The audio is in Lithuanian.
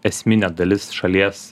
esminė dalis šalies